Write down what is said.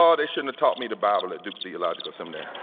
ah they shouldn't taught me the bible at duke theological seminary,